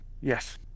Yes